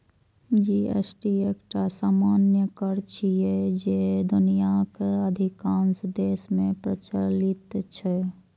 GST एकटा सामान्य कर छियै, जे दुनियाक अधिकांश देश मे प्रचलित छै